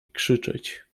krzyczeć